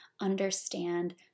understand